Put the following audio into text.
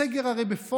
הרי יש סגר בפועל.